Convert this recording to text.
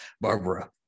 Barbara